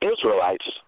Israelites